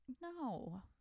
No